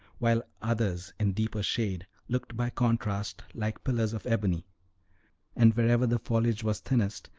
while others in deeper shade looked by contrast like pillars of ebony and wherever the foliage was thinnest,